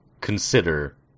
consider